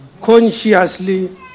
Consciously